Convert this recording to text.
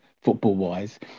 football-wise